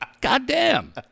Goddamn